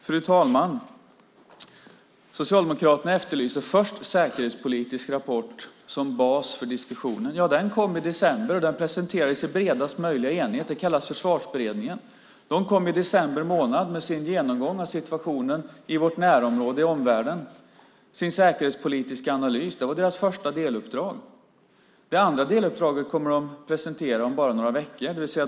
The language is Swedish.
Fru talman! Socialdemokraterna efterlyser först en säkerhetspolitisk rapport som bas för diskussionen. Den kom i december, presenterades i bredast möjliga enighet och kallas Försvarsberedningen. De kom i december månad med sin genomgång av situationen i vårt närområde i omvärlden, sin säkerhetspolitiska analys. Det var deras första deluppdrag. Det andra deluppdraget kommer de att presentera om bara några veckor.